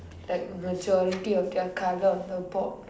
like majority of their colour on the board